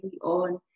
on